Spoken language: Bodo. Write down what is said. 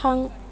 थां